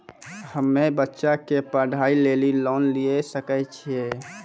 हम्मे बच्चा के पढ़ाई लेली लोन लिये सकय छियै?